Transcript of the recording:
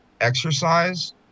exercise